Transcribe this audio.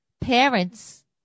Parents